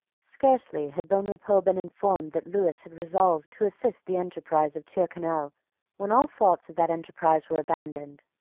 scarcely had bonrepaux been informed that lewis had resolved to assist the enterprise of tyrconnel when all thoughts of that enterprise were abandoned.